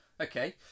okay